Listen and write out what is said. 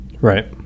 Right